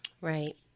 Right